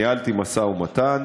ניהלתי משא-ומתן,